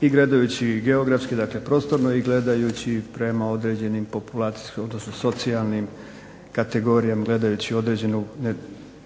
i gledajući geografski, dakle prostorno, i gledajući prema određenim populacijskim, odnosno socijalnim kategorijama, gledajući određenu